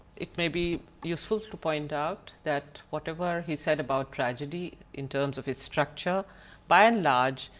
it may be useful to point out that whatever he said about tragedy in terms of its structure by and large,